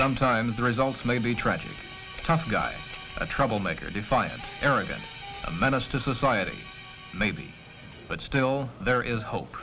sometimes the results may be tragic tough guy a troublemaker defiant arrogant a menace to society maybe but still there is hope